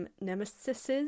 Nemesis